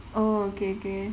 oh okay okay